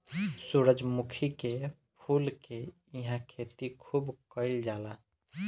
सूरजमुखी के फूल के इहां खेती खूब कईल जाला